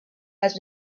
had